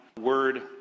word